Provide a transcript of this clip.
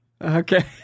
Okay